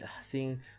seeing